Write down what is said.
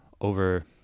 over